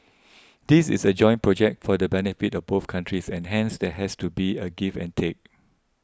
this is a joint project for the benefit of both countries and hence there has to be a give and take